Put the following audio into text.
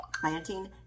planting